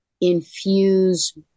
infuse